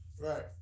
Right